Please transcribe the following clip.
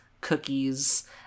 cookies